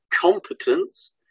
Competence